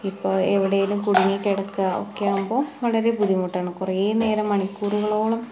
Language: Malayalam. ഇപ്പോൾ എവിടെയേലും കുടുങ്ങി കിടക്കുക ഒക്കെയാകുമ്പം വളരെ ബുദ്ധിമുട്ടാണ് കുറെ നേരം മണിക്കൂറുകളോളം